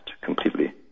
completely